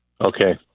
Okay